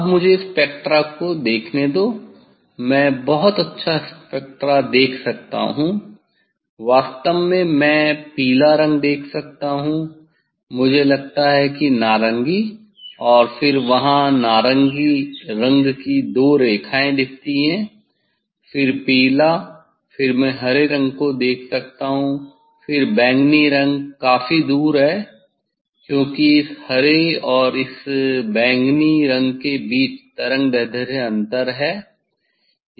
अब मुझे स्पेक्ट्रा को देखने दो मैं बहुत अच्छा स्पेक्ट्रा देख सकता हूं वास्तव में मैं पीला रंग देख सकता हूं मुझे लगता है कि नारंगी और फिर वहां नारंगी रंग की दो रेखाएं दिखती हैं फिर पीला फिर मैं हरे रंग को देख सकता हूं फिर बैंगनी रंग काफी दूर है क्योंकि इस हरे और इस बैंगनी के बीच तरंगदैर्ध्य अंतर है